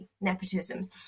nepotism